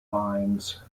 lines